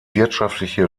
wirtschaftliche